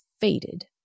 faded